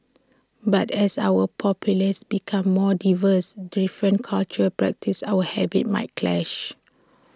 but as our populace becomes more diverse different cultural practices or A habits might clash